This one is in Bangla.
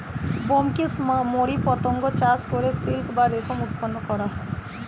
বম্বিক্স মরি পতঙ্গ চাষ করে সিল্ক বা রেশম উৎপন্ন করা হয়